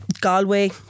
Galway